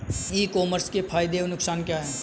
ई commerce के फायदे एवं नुकसान क्या हैं?